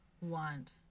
want